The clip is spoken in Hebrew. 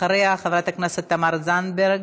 אחריה, חברת הכנסת תמר זנדברג.